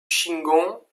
shingon